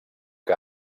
que